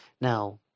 Now